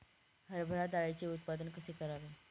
हरभरा डाळीचे उत्पादन कसे करावे?